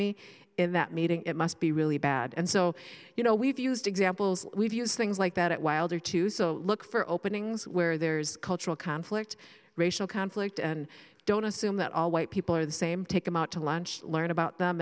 me in that meeting it must be really bad and so you know we've used examples we've used things like that wilder too so look for openings where there's cultural conflict racial conflict and don't assume that all white people are the same take them out to lunch learn about them